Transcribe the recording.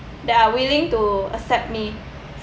that are willing to accept me